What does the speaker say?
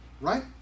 right